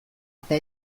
eta